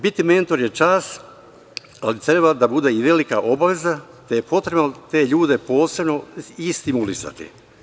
Biti mentor je čast, ali treba da bude i velika obaveza, te je potrebno te ljude posebno i stimulisati.